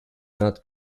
not